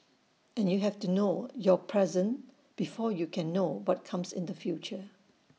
and you have to know your present before you can know what comes in the future